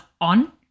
on